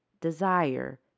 desire